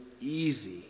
easy